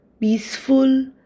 peaceful